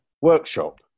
Workshop